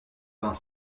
vingt